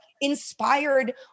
inspired